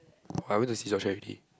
I went to seesaw chair ready